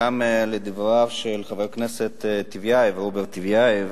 גם לדבריו של חבר הכנסת רוברט טיבייב,